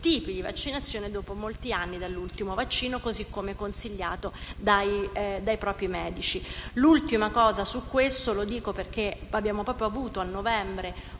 tipi di vaccinazione dopo molti anni dall'ultimo vaccino, così come consigliato dal proprio medico. Un'ultima cosa a tale proposito è che abbiamo avuto a novembre